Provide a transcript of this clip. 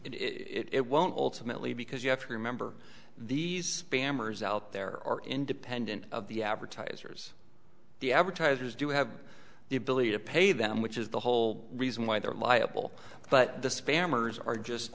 in it won't ultimately because you have to remember these spammers out there are independent of the advertisers the advertisers do have the ability to pay them which is the whole reason why they're liable but